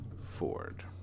Ford